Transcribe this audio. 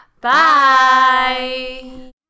Bye